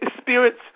spirits